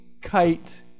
Kite